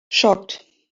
shocked